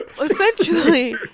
Essentially